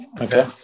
Okay